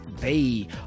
Bay